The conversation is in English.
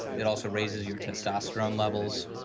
it also raises your testosterone levels